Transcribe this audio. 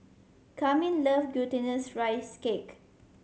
Carmine love Glutinous Rice Cake